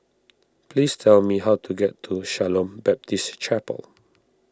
please tell me how to get to Shalom Baptist Chapel